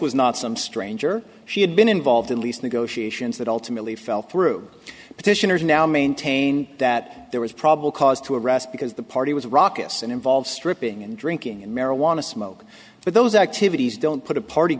was not some stranger she had been involved in least negotiations that ultimately fell through petitioners now maintain that there was probable cause to arrest because the party was rockets and involved stripping and drinking and marijuana smoke but those activities don't put a party